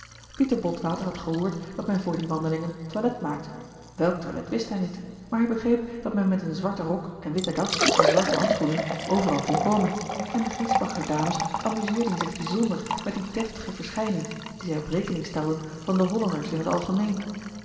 pieter botwater had gehoord dat men voor die wandelingen toilet maakte welk toilet wist hij niet maar hij begreep dat men met een zwarten rok en witte das en zwarte handschoenen overal kon komen en de griesbacher dames amuseerden zich bijzonder met die deftige verschijning die zij op rekening stelden van de hollanders in het algemeen